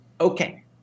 Okay